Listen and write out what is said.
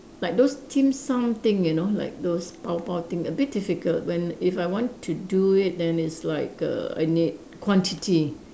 like those dim-sum thing you know like those bao bao thing a bit difficult when if I want to do it then it's like err I need quantity